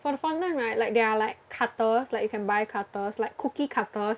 for the fondant right like there are like cutters like you can buy cutters like cookie cutters